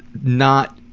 not,